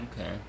Okay